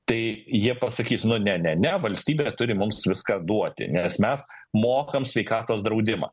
tai jie pasakys nu ne ne ne valstybė turi mums viską duoti nes mes mokam sveikatos draudimą